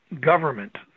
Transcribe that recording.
government